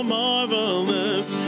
marvelous